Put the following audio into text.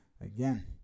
Again